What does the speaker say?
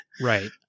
Right